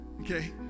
okay